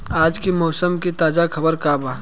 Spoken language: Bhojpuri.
आज के मौसम के ताजा खबर का बा?